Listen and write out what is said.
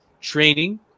training